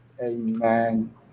amen